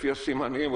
לפי הסימנים,